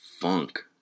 funk